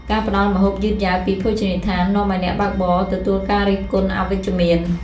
ការផ្ដល់ម្ហូបយឺតយ៉ាវពីភោជនីយដ្ឋាន នាំឱ្យអ្នកបើកបរទទួលការរិះគន់អវិជ្ជមាន។